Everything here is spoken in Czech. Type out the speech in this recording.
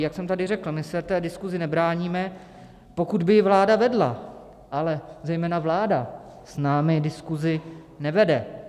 Jak jsem tady řekl, my se diskuzi nebráníme, pokud by ji vláda vedla, ale zejména vláda s námi diskuzi nevede.